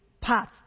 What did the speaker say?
path